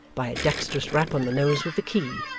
by a dexterous rap on the nose with the key,